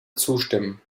zustimmen